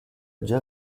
già